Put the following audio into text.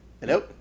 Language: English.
hello